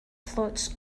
floats